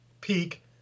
peak